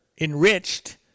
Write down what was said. enriched